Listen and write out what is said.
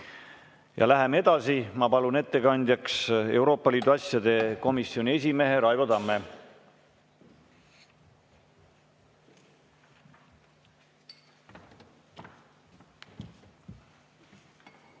Läheme edasi. Ma palun ettekandjaks Euroopa Liidu asjade komisjoni esimehe Raivo Tamme.